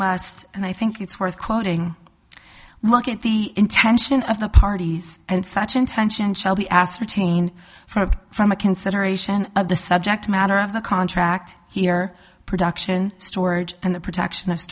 must and i think it's worth quoting look at the intention of the parties and such intention shall be ascertained from from a consideration of the subject matter of the contract here production storage and the production of